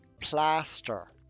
plaster